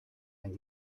and